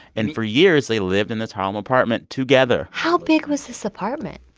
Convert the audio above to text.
and for years, they lived in this harlem apartment together how big was this apartment?